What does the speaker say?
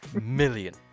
million